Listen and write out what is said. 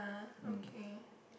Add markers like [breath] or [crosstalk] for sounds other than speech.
mm [breath]